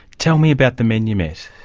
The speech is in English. tell me about the men you met.